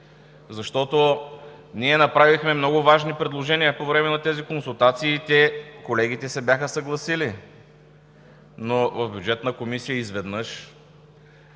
защото направихме много важни предложения по време на тези консултации и те, колегите, се бяха съгласили. В Бюджетна комисия обаче изведнъж,